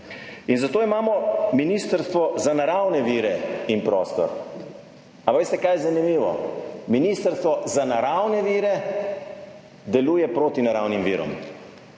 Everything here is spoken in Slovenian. In zato imamo Ministrstvo za naravne vire in prostor, ampak veste kaj je zanimivo, Ministrstvo za naravne vire deluje proti naravnim virom,